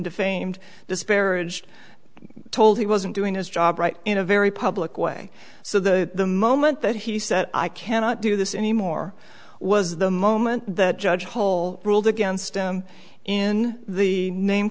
defamed disparaged told he wasn't doing his job right in a very public way so the moment that he said i cannot do this anymore was the moment that judge hole ruled against him in the name